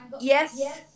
Yes